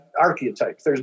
archetypes